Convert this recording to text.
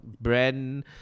brand